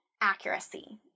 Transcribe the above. accuracy